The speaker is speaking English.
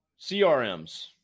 CRMs